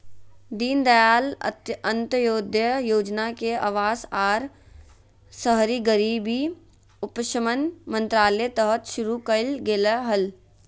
दीनदयाल अंत्योदय योजना के अवास आर शहरी गरीबी उपशमन मंत्रालय तहत शुरू कइल गेलय हल